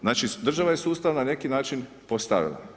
Znači, država je sustav na neki način postavila.